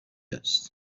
است